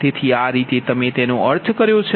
તેથી આ રીતે અમે તેનો અર્થ કર્યો છે